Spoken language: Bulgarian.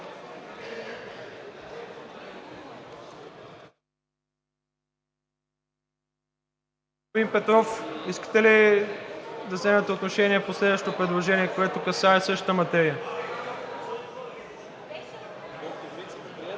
искате ли да вземете отношение по следващото предложение, което касае същата материя?